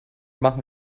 machen